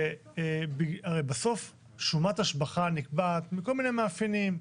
הרי בסוף שומת השבחה נקבעת מכל מיני מאפיינים.